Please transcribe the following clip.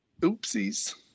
Oopsies